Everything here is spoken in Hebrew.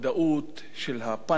של הפניקה,